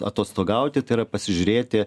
atostogauti tai yra pasižiūrėti